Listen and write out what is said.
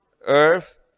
earth